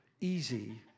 easy